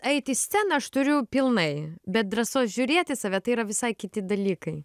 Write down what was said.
eit į sceną aš turiu pilnai bet drąsos žiūrėt į save tai yra visai kiti dalykai